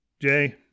Jay